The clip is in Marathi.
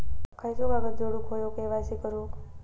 खयचो कागद जोडुक होयो के.वाय.सी करूक?